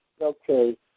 Okay